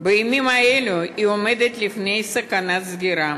ובימים אלה היא עומדת בפני סכנת סגירה.